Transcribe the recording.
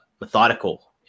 methodical